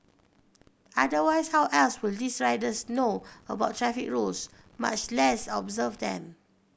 otherwise how else will these riders know about traffic rules much less observe them